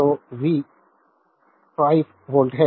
तो V 5 volt है